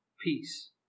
peace